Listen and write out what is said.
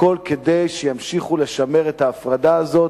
הכול כדי שימשיכו לשמר את ההפרדה הזאת.